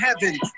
heaven